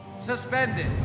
suspended